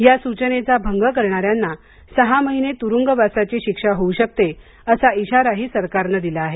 या सूचनेचा भंग करणाऱ्यांना सहा महिने तुरुंगवासाची शिक्षा होऊ शकते असा इशाराही सरकारनं दिला आहे